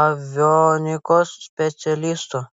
avionikos specialistu